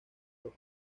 los